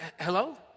Hello